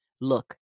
Look